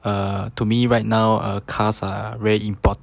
err to me right now uh cars are very important